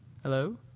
Hello